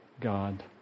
God